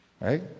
right